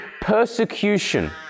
persecution